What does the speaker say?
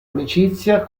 amicizia